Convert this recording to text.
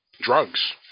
drugs